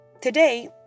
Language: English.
Today